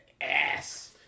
ass